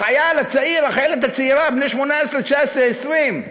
החייל הצעיר, החיילת הצעירה, בני 18, 19 ו-20,